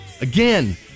Again